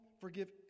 forgive